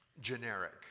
generic